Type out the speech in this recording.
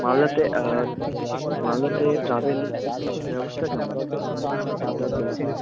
মালদাতে মালদাতে ট্রাভেল ব্যবস্থা কেমন যাতায়াত ব্যবস্থা